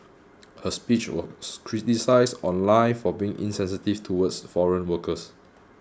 her speech was criticised online for being insensitive towards foreign workers